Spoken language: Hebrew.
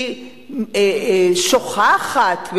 היא שוכחת,